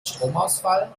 stromausfall